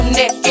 neck